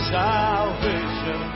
salvation